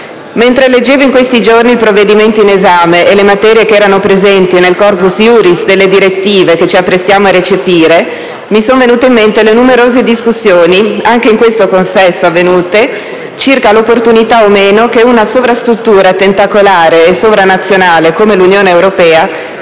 Mentre leggevo in questi giorni il provvedimento in esame e le materie presenti nel *corpus* delle direttive che ci apprestiamo a recepire, mi sono venute in mente le numerose discussioni, avvenute anche in questo consesso, circa l'opportunità che una sovrastruttura tentacolare e sovranazionale come l'Unione europea